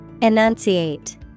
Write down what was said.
Enunciate